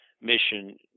mission